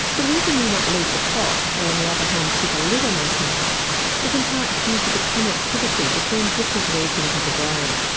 the reason we might lose the plot or, on the other hand, keep a lid on our temper is in part due to the connectivity between different regions of the brain.